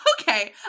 okay